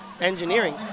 engineering